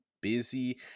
busy